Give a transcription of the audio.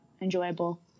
enjoyable